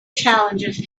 challenges